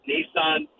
Nissan